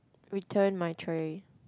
return my trolley